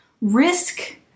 risk